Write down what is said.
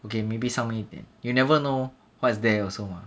okay maybe 上面一点 you'll never know what is there also mah